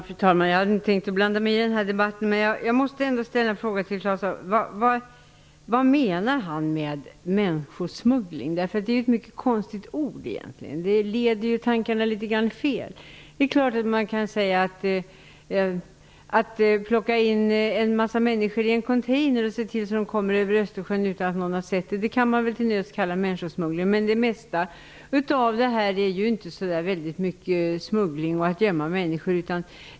Fru talman! Jag hade inte tänkt blanda mig i den här debatten. Men jag måste ändå ställa en fråga: Vad menar Claus Zaar med människosmuggling? Det är egentligen ett mycket konstigt ord. Det leder tankarna litet fel. Att man plockar in en massa människor i en container och ser till att de kommer över Östersjön utan att någon har sett dem kan väl till nöds kallas människosmuggling. Men ofta handlar det inte så mycket om smuggling och om att gömma människor.